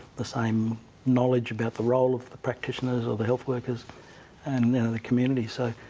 the same knowledge about the role of the practitioners or the health workersand and the community. so